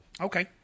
Okay